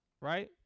right